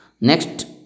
Next